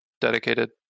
dedicated